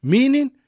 Meaning